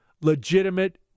legitimate